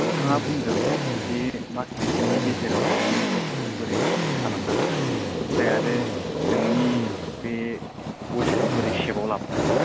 नोंथाङा बुंदों बे मास मोनसेनि गेजेराव नोंनि फेट्सखौ बोरै लस खालामनो हागोन ओमफ्राय आरो नोंनि बे बडिखौ बोरै सेपआव लाबोनो हागोन